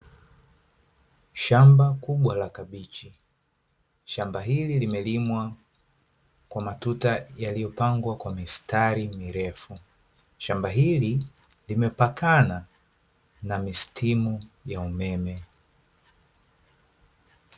Shamba kubwa la kabichi. Shamba hili limelimwa kwa matuta yaliyopangwa kwa mistari mirefu, Shamba hili, limepakana na mistimu ya umeme.